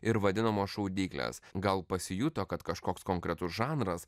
ir vadinamos šaudyklės gal pasijuto kad kažkoks konkretus žanras